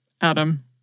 Adam